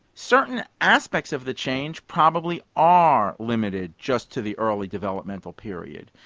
certain aspects of the change probably are limited just to the early developmental period.